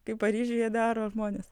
kaip paryžiuje daro žmonės